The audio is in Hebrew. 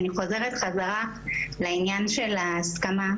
אני חוזרת בחזרה לעניין של ההסכמה,